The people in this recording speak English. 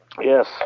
Yes